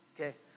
Okay